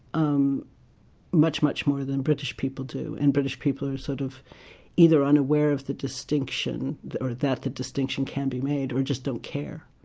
um much much more than british people do and british people are sort of either unaware of the distinction or that a distinction can be made, or just don't care,